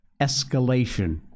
escalation